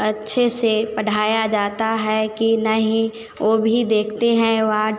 अच्छे से पढ़ाया जाता है कि नहीं वो भी देखते हैं वाड